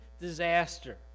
disaster